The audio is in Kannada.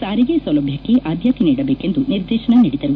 ಸಾರಿಗೆ ಸೌಲಭ್ಯಕ್ಕೆ ಆದ್ಯತೆ ನೀಡಬೇಕೆಂದು ನಿರ್ದೇಶನ ನೀಡಿದರು